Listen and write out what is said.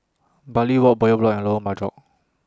Bartley Walk Bowyer Block and Lorong Bachok